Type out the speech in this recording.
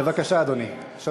בבקשה, אדוני.